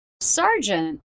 Sergeant